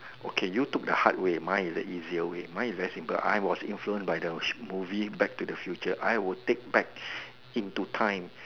okay you took the hard way mine is the easier way mine is very simple I was influenced by the movie back to the future I would take back into time